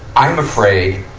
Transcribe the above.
i am afraid